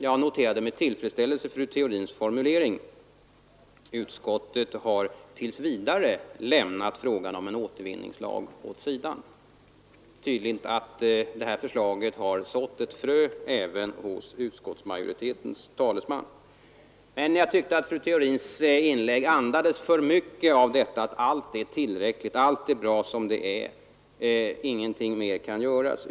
Jag noterade med tillfredsställelse fru Theorins formulering: Utskottet har tills vidare lämnat frågan om en återvinningslag åt sidan. Det är tydligt att det här förslaget har sått ett frö även hos utskottsmajoritetens talesman. Men jag tyckte att fru Theorins inlägg andades för mycket av att allt är bra som det är och att ingenting mer kan göras.